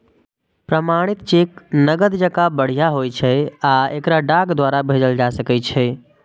प्रमाणित चेक नकद जकां बढ़िया होइ छै आ एकरा डाक द्वारा भेजल जा सकै छै